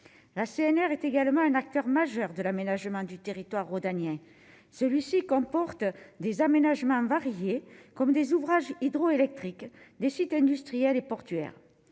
la CNR est également un acteur majeur de l'aménagement du territoire rhodanien celui-ci comporte des aménagements variées comme des ouvrages hydroélectriques des sites industriels et portuaires,